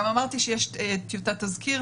יש דיווח אוטומטי ליועץ המשפטי לממשלה,